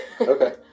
Okay